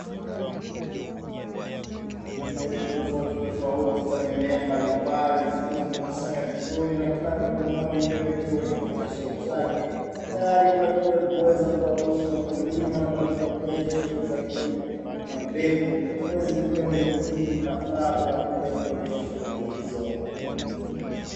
Mbegu tofautitofauti za mimea mbalimbali zikiwa zimekusanywa vizuri na kila mbegu moja ikiwa imetiwa kwenye kifungashio chake, tayari kwa ajili ya kuweza kuwaruhusu wakulima wanaotaka kuendesha shughuli za kilimo kwa kutumia mbegu, waweze kujua mbegu ipi inafaa kwa ajili ya kuendesha shughuli hizo.